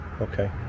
Okay